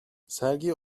sergi